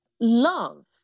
Love